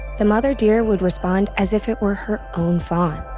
the mother deer would respond as if it were her own fawn.